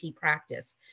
practice